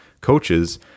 coaches